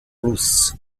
plus